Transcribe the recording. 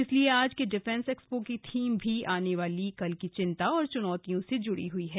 इसलिए आज के डिफेंस एक्सपो की थीम भी आने वाली कल की चिंता और चुनौतियों से जुड़ी हुई है